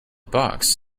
box